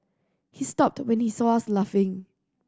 he stopped when he saw us laughing